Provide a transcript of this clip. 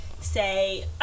Say